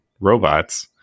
robots